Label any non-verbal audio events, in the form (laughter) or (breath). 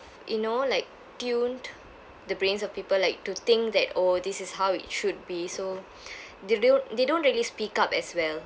you know like tuned the brains of people like to think that oh this is how it should be so (breath) they they don't they don't really speak up as well